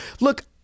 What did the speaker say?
Look